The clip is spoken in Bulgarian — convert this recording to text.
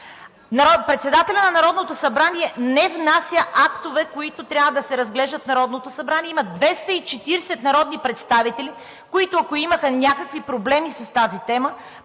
Председателят на Народното събрание не внася актове, които трябва да се разглеждат в Народното събрание. Има 240 народни представители, които, ако имаха някакви проблеми по тази тема,